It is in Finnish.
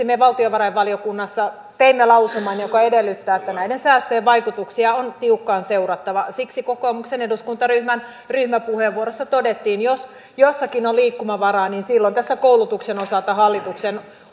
me valtiovarainvaliokunnassa teimme lausuman joka edellyttää että näiden säästöjen vaikutuksia on tiukkaan seurattava siksi kokoomuksen eduskuntaryhmän ryhmäpuheenvuorossa todettiin että jos jossakin on liikkumavaraa niin silloin tässä koulutuksen osalta hallituksen